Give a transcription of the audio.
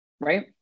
Right